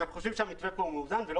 אנחנו חושבים שהמתווה כאן הוא מאוזן ולא